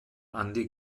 andy